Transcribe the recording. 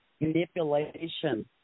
manipulation